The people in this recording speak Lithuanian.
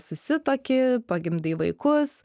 susituoki pagimdai vaikus